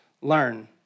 learn